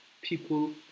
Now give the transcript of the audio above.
people